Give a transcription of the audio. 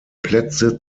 plätze